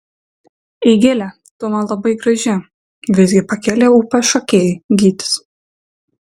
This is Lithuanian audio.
eigile tu man labai graži visgi pakėlė ūpą šokėjai gytis